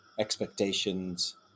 expectations